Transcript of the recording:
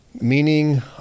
meaning